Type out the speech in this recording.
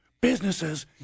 businesses